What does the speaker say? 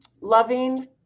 Loving